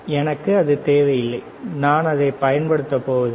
எனக்கு அது தேவையில்லை நான் அதைப் பயன்படுத்தப் போவதில்லை